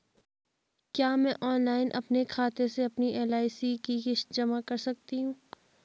क्या मैं ऑनलाइन अपने खाते से अपनी एल.आई.सी की किश्त जमा कर सकती हूँ?